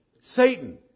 Satan